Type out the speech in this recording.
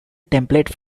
template